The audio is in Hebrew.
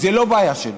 זו לא בעיה שלו,